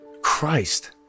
Christ